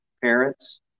parents